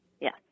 Yes